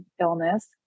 illness